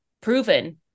proven